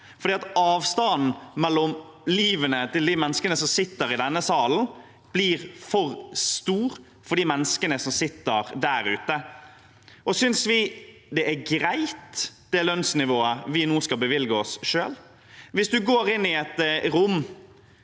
fordi avstanden mellom livet til de menneskene som sitter i denne salen, og de menneskene som sitter der ute, blir for stor. Synes vi det er greit, det lønnsnivået vi nå skal bevilge oss selv? Hvis du går inn i et rom